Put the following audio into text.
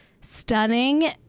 stunning